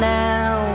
now